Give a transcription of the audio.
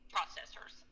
processors